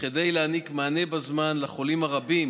וכדי להעניק מענה בזמן לחולים הרבים